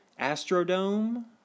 Astrodome